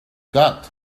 got